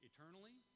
Eternally